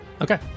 Okay